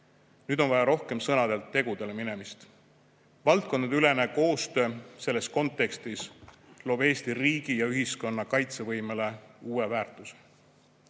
Nüüd on vaja sõnadelt rohkem tegudele minna. Valdkondadeülene koostöö selles kontekstis loob Eesti riigi ja ühiskonna kaitsevõimele uue väärtuse.